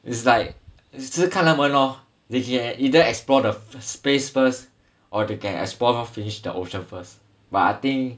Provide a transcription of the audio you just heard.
is like 只是看他们 lor which they e~ either explore the space first or they can explore finish the ocean first but I think